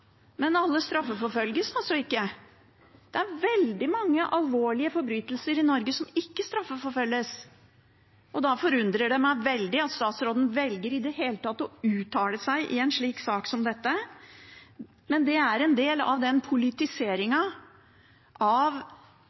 men alle straffeforfølges altså ikke. Det er veldig mange alvorlige forbrytelser i Norge som ikke straffeforfølges, og da forundrer det meg veldig at statsråden i det hele tatt velger å uttale seg i en sak som dette. Men det er en del av politiseringen av både asyl- og flyktningpolitikken, som i utgangspunktet skulle være oppfyllelsen av